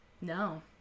no